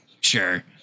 Sure